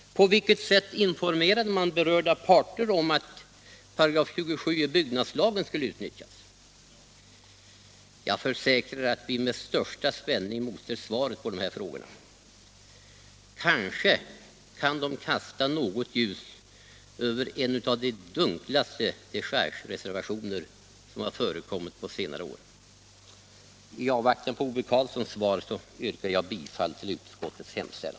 På vilket sätt informerade den berörda parter om att 27 § byggnadslagen skulle utnyttjas? Jag försäkrar att vi med största spänning emotser svaret på dessa frågor. Kanske kan det kasta något ljus över en av de dunklaste dechargereservationer som har förekommit på senare år. I avvaktan på herr Ove Karlssons svar yrkar jag bifall till utskottets hemställan.